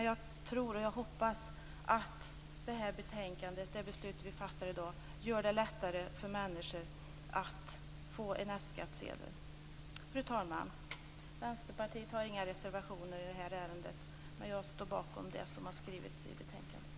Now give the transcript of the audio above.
Jag hoppas och tror att det beslut som vi i dag fattar kommer att göra det lättare för människor att få en F-skattsedel. Fru talman! Vi i Vänsterpartiet har inga reservationer i detta ärende, utan jag instämmer i det som sägs i betänkandet.